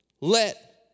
let